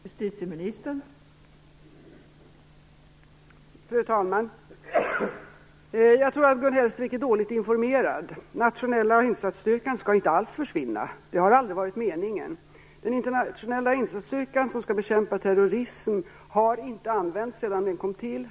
Fru talman! Jag tror att Gun Hellsvik är dåligt informerad. Den nationella insatsstyrkan skall inte alls försvinna. Det har aldrig varit meningen. Den nationella insatsstyrkan, som skall bekämpa terrorism, har inte använts sedan den kom till.